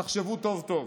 תחשבו טוב טוב.